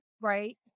Right